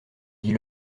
dit